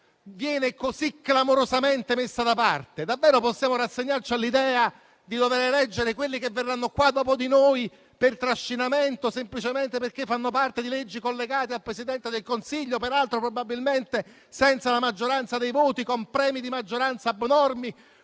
venga così clamorosamente messa da parte? Davvero possiamo rassegnarci all'idea di dover eleggere quelli che verranno dopo di noi per trascinamento, semplicemente perché fanno parte di liste collegate al Presidente del Consiglio, peraltro probabilmente senza la maggioranza dei voti, con premi di maggioranza abnormi,